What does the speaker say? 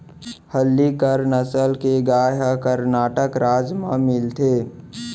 हल्लीकर नसल के गाय ह करनाटक राज म मिलथे